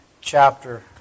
chapter